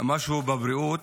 משהו בבריאות.